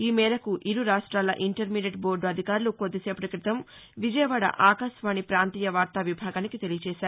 ఈ మేరకు ఇరురాష్ట్రంల ఇంటర్వీడియట్ బోర్డు అధికారులు కొద్దిసేపటి క్రితం విజయవాడ ఆకాశవాణి పాంతీయ వార్తా విభాగానికి తెలియజేశారు